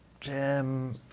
Jim